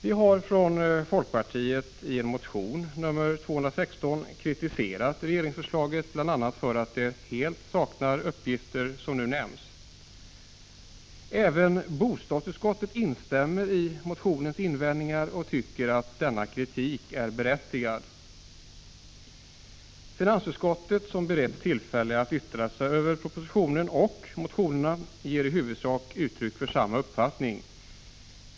Vi har från folkpartiet i en motion, nr 216, kritiserat regeringsförslaget, bl.a. för att det helt saknar de uppgifter som nu nämnts. Även bostadsutskottet instämmer i motionens invändningar och tycker att denna kritik är berättigad. Finansutskottet, som beretts tillfälle att yttra sig över propositionen och motionerna, ger i huvudsak uttryck för samma uppfattning.